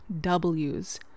Ws